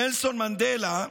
נלסון מנדלה,